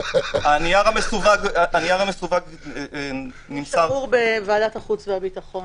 הנייר המסווג שמור בוועדת החוץ והביטחון